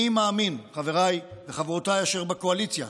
אני מאמין, חבריי וחברותיי אשר בקואליציה,